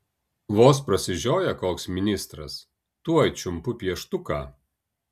vos prasižioja koks ministras tuoj čiumpu pieštuką